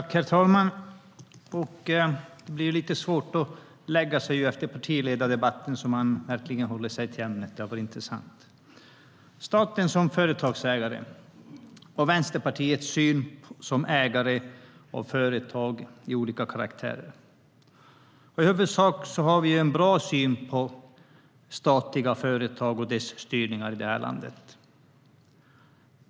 Herr talman! Det är lite svårt att ligga efter partiledardebatten och hålla sig till ämnet. Det har varit intressant. Vänsterpartiet har i huvudsak en positiv syn på statliga företag och deras styrning i det här landet.